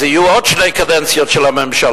אז יהיו עוד שתי קדנציות של הממשלה.